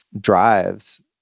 drives